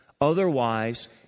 Otherwise